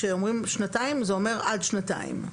כשאומרים שנתיים זה אומר עד שנתיים.